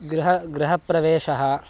गृहं गृहप्रवेशः